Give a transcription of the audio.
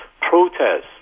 protests